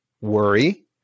Worry